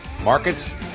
Markets